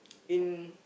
in